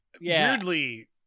weirdly